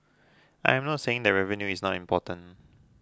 I am not saying that revenue is not important